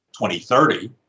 2030